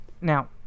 Now